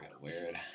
Weird